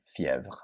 fièvre